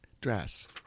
dress